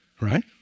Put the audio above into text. right